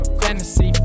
fantasy